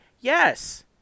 Yes